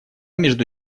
между